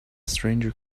stranger